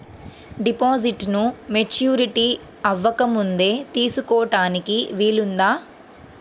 డిపాజిట్ను మెచ్యూరిటీ అవ్వకముందే తీసుకోటానికి వీలుందా?